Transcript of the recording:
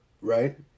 Right